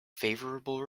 favorable